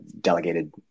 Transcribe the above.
delegated